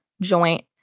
joint